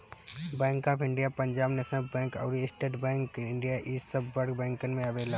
bank of India, Punjab national bank अउरी state bank of India इ सब बड़ बैंकन में आवेला